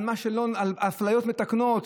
על אפליות מתקנות,